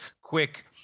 quick